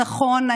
אז נכון,